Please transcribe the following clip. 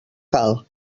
cal